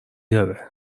داره